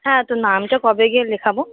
হ্যাঁ তো নামটা কবে গিয়ে লেখাব